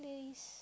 place